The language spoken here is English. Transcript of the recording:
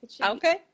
okay